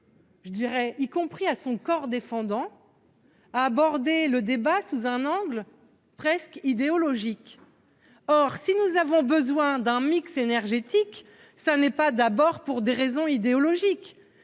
parfois même à leur corps défendant, à aborder les débats sous un angle idéologique. Or, si nous avons besoin d'un mix énergétique, cela n'est pas d'abord pour des raisons idéologiques,